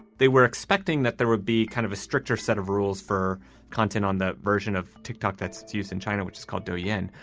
they were expecting that there would be kind of a stricter set of rules for content on the version of tick-tock that's to use in china, which is called dorien.